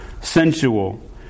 sensual